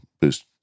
boost